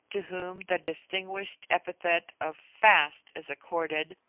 to whom the distinguished epithet of fast is accorded,